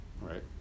Right